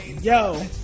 Yo